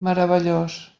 meravellós